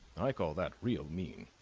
i call that real mean